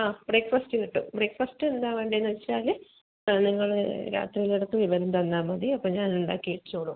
ആ ബ്രേക്ക്ഫാസ്റ്റ് കിട്ടും ബ്രേക്ക്ഫാസ്റ്റ് എന്താ വേണ്ടതെന്ന് വെച്ചാൽ അത് നിങ്ങൾ രാത്രിയിൽ ഇടയ്ക്ക് വിവരം തന്നാൽമതി അപ്പോൾ ഞാൻ അത് ഉണ്ടാക്കി വെച്ചോളും